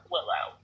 Willow